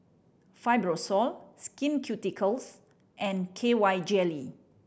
Fibrosol Skin Ceuticals and K Y Jelly